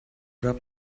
rap